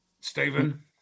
Stephen